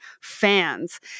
fans